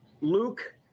Luke